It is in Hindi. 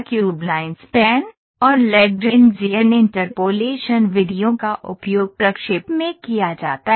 क्यूबलाइन स्पैन और लैग्रैन्ज़ियन इंटरपोलेशन विधियों का उपयोग प्रक्षेप में किया जाता है